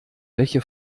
welche